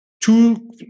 Two